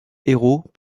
héros